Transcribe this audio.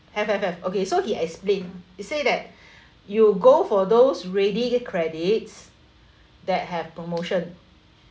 have have have okay so he explain he say that you go for those ready credits that have promotion